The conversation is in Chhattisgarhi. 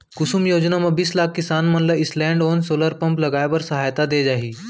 कुसुम योजना म बीस लाख किसान मन ल स्टैंडओन सोलर पंप लगाए बर सहायता दे जाही